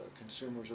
consumers